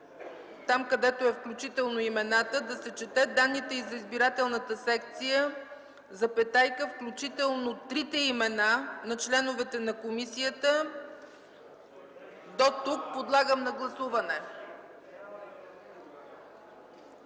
там където е: „включително имената” да се чете: „данните за избирателната секция, включително трите имена на членовете на комисията”. До тук подлагам на гласуване.